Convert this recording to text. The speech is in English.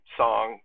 song